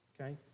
Okay